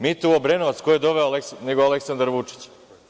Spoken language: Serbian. Mitu“ u Obrenovac ko je doveo nego Aleksandar Vučić.